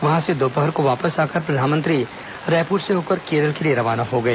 वहां से दोपहर को वापस आकर प्रधानमंत्री रायपुर से होकर केरल के लिए रवाना हो गए